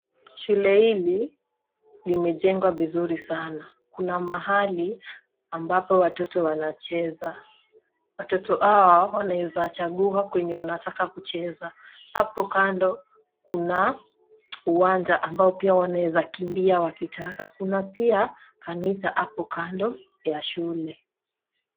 Shule hili limejengwa vizuri sana, kuna mahali ambapo watoto wanacheza. Watoto hawa wanaweza chagua kwenye wanataka kucheza. Hapo kando kuna uwanja ambao pia wanaweza kimbia wakitaka kuna pia kanisa hapo kando ya shule.